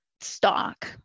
stock